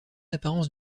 apparence